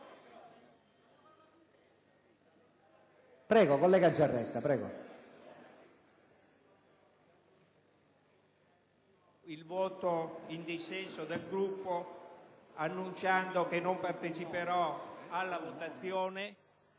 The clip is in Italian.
il voto in dissenso dal Gruppo, annunciando che non parteciperò alla votazione,